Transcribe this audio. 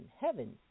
Heaven